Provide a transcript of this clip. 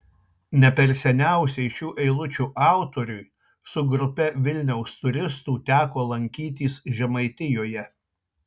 ne per seniausiai šių eilučių autoriui su grupe vilniaus turistų teko lankytis žemaitijoje